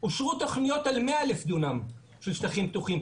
אושרו תוכניות על 100,000 דונם של שטחים פתוחים,